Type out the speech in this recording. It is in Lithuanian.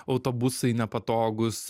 autobusai nepatogūs